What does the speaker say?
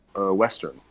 Western